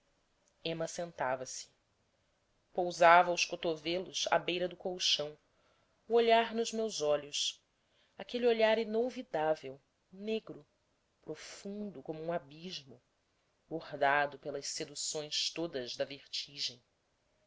ema sentava-se pousava os cotovelos à beira do colchão o olhar nos meus olhos aquele olhar inolvidável negro profundo como um abismo bordado pelas seduções todas da vertigem